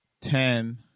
ten